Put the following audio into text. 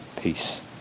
peace